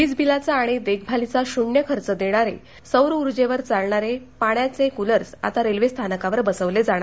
वीजबिलाचा आणि देखभालीचा शून्य खर्च देणारे सौर उर्जेवर चालणारे पाण्याचे कुलर्स आता रेल्वे स्थानकांवर बसवले जाणार आहेत